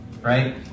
right